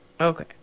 Okay